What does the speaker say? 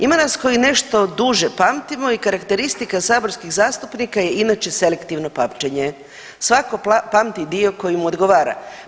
Ima nas koji nešto duže pamtimo i karakteristika saborskih zastupnika je inače selektivno pamćenje, svatko pamti dio koji mu odgovara.